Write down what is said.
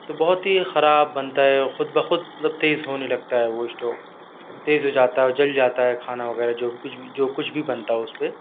تو بہت ہی خراب بنتا ہے خود بخود مطلب تیز ہونے لگتا ہے وہ اسٹوو تیز ہو جاتا ہے اور جل جاتا ہے کھانا وغیرہ جو بھی کچھ جو کچھ بھی بنتا ہے اُس پہ